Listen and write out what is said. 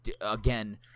again